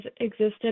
existed